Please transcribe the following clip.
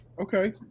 Okay